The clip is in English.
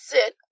Sit